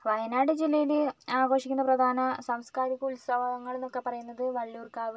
വയനാട് ജില്ലയിൽ ആഘോഷിക്കുന്ന പ്രധാന സാംസ്ക്കാരിക ഉത്സവങ്ങൾ എന്നൊക്കെ പറയുന്നത് വള്ളിയൂർക്കാവ്